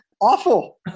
Awful